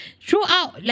throughout